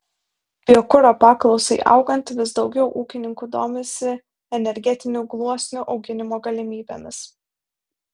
biokuro paklausai augant vis daugiau ūkininkų domisi energetinių gluosnių auginimo galimybėmis